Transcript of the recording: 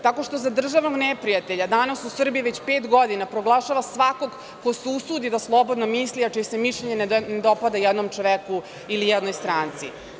Tako što za državne neprijatelja danas u Srbiji već pet godina proglašava svakog ko se usudi da slobodno misli, a čije se mišljenje ne dopada jednom čoveku ili jednoj stranci.